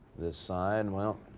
the side. well,